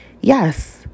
Yes